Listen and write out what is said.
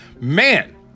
Man